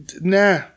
nah